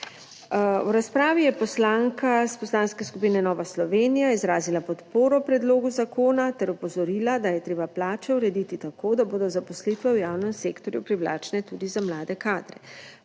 V razpravi je poslanka iz Poslanske skupine Nova Slovenija izrazila podporo predlogu zakona ter opozorila, da je treba plače urediti tako, da bodo zaposlitve v javnem sektorju privlačne tudi za mlade kadre.